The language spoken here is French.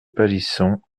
palisson